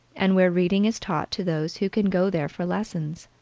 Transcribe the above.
and where reading is taught to those who can go there for lessons.